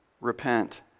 repent